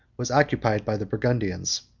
was occupied by the burgundians.